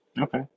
Okay